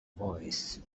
voice